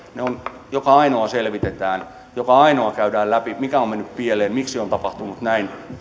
joka ainoa selvitetään joka ainoa käydään läpi mikä on mennyt pieleen miksi on tapahtunut näin